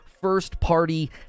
first-party